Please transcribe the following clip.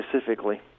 specifically